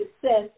success